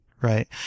right